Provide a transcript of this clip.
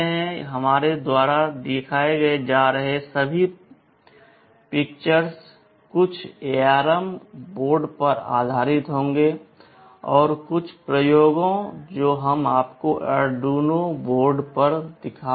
हमारे द्वारा दिखाए जा रहे सभी प्रदर्शन कुछ ARM बोर्ड पर आधारित होंगे और कुछ प्रयोग जो हम आपको Arduino बोर्डों पर दिखा रहे हैं